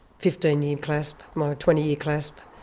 fifteen year clasp, my twenty year clasp.